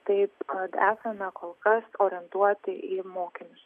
taip kad esame kol kas orientuoti į mokinius